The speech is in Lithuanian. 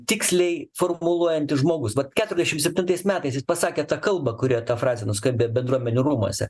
tiksliai formuluojantis žmogus vat keturiasdešims septintais metais jis pasakė tą kalbą kurioje ta frazė nuskambėjo bendruomenių rūmuose